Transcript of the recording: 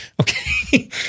Okay